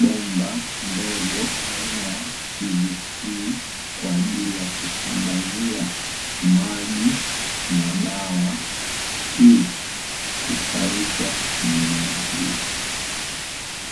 bomba ndogo aina ya pivisi, kwa ajili ya kusambaza maji na dawa ili kustawisha mimea hii.